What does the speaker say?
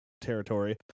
territory